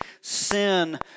sin